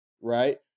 right